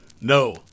No